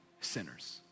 Sinners